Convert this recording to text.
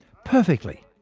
perfectly.